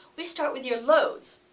we start with your loads,